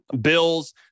bills